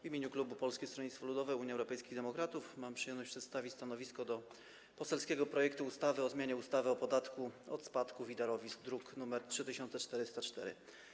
W imieniu klubu Polskiego Stronnictwa Ludowego - Unii Europejskich Demokratów mam przyjemność przedstawić stanowisko wobec poselskiego projektu ustawy o zmianie ustawy o podatku od spadków i darowizn, druk nr 3404.